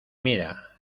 mira